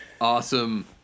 awesome